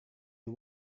you